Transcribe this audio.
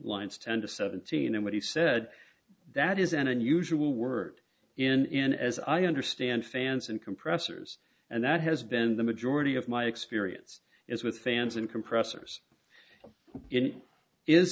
lines ten to seventeen and what he said that is an unusual word in as i understand fans and compressors and that has been the majority of my experience is with fans and compressors i